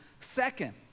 second